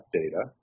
data